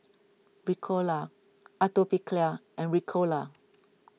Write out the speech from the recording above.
Ricola Atopiclair and Ricola